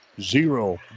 Zero